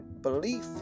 belief